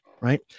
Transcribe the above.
Right